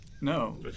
No